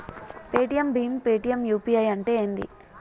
Paytm భీమ్ Paytm UPI అంటే ఏంది?